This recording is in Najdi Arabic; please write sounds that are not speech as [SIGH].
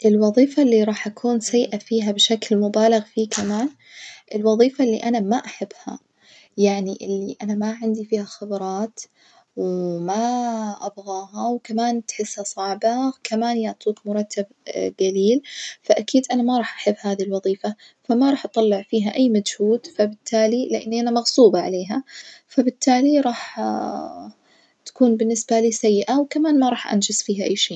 الوظيفة اللي راح أكون سيئة فيها بشكل مبالغ فيه كمان الوظيفة اللي أنا ما أحبها، يعني اللي أنا ما عندي فيها خبرات وماا أبغى آه وكمان تحسها صعبة كمان يعطوك مرتب جليل، فأكيد أنا ما راح أحب هذي الوظيفة، فما راح أطلع فيها أي مجهود فبالتالي، لأني أنا مغصوبة عليها فبالتالي راح [HESITATION] تكون بالنسبة لي سيئة وكمان ما راح أنجز فيها أي شيء.